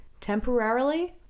Temporarily